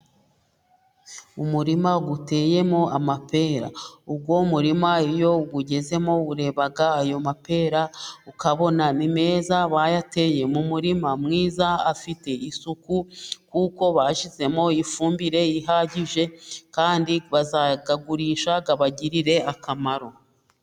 Umurima uteyemo amapera, uwo murima iyo uwugezemo ureba ayo mapera ukabona ni meza, wayateye mu murima mwiza afite isuku, kuko bashyizemo ifumbire ihagije kandi bazayagurisha abagirire akamaro.